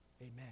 Amen